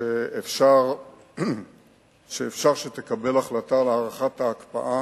שאפשר שתקבל החלטה להארכת ההקפאה,